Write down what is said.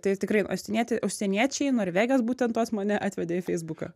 tai tikrai uostinėti užsieniečiai norvegės būtent tos mane atvedė į feisbuką